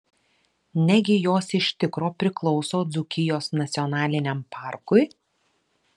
negi jos iš tikro priklauso dzūkijos nacionaliniam parkui